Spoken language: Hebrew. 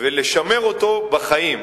ולשמר אותו בחיים,